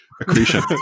Accretion